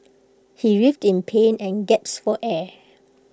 he writhed in pain and gasped for air